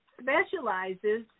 specializes